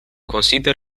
consider